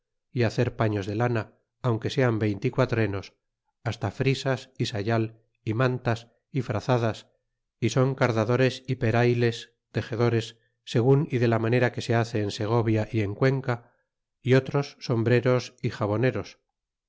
y hacer paños de lana aunque sean veintiquatrenos hasta frisas y sayal y mantas y frazadas y son cardadores y perayles y texedores segun y de la manera que se hace en segovia y en cuenca y otros sombreros y xaboneros